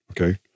Okay